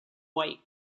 white